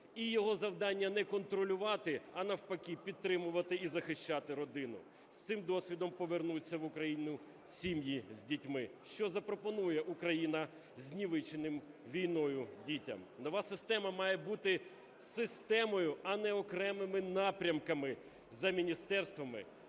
і його завдання не контролювати, а, навпаки, підтримувати і захищати родину. З цим досвідом повернуться в Україну сім'ї з дітьми. Що запропонує Україна знівеченим війною дітям? Нова система має бути системою, а не окремими напрямками за міністерствами,